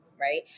right